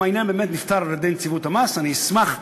אם העניין באמת נפתר על-ידי נציבות המס אני אשמח,